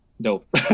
Dope